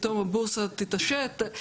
פתאום הבורסה תתעשת,